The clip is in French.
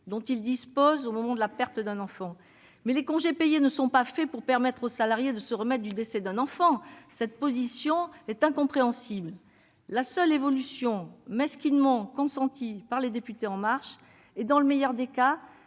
dont il dispose au moment de la perte d'un enfant. Mais les congés payés ne sont pas faits pour permettre aux salariés de se remettre du décès d'un enfant. Cette position est incompréhensible. La seule évolution, mesquinement consentie par les députés En Marche, est l'impossibilité pour